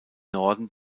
norden